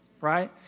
right